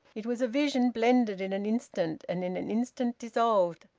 it was a vision blended in an instant and in an instant dissolved,